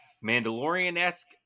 mandalorian-esque